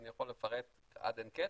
אני יכול לפרט עד אין קץ,